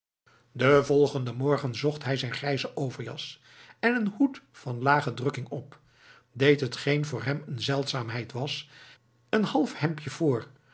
den volgenden morgen zocht hij zijn grijze overjas en een hoed van lage drukking op deed hetgeen voor hem een zeldzaamheid was een halfhemdje voor